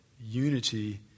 unity